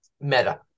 meta